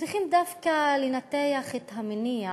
צריכים דווקא לנתח את המניע,